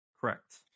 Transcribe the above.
Correct